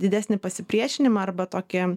didesnį pasipriešinimą arba tokį